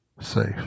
safe